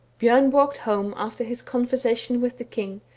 bjorn walked home after his conversation with the king,